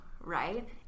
right